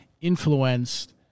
influenced